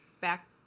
back